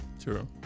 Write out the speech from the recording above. True